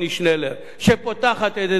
שהיא כבר בהליך מתקדם,